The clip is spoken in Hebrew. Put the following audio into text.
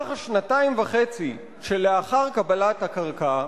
במהלך השנתיים וחצי שלאחר קבלת הקרקע,